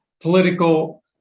political